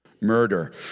Murder